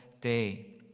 day